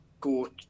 go